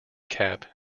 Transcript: cap